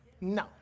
No